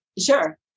Sure